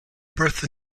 birth